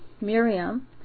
Miriam